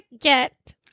get